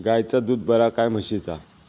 गायचा दूध बरा काय म्हशीचा?